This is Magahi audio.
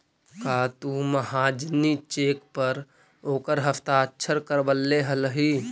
का तु महाजनी चेक पर ओकर हस्ताक्षर करवले हलहि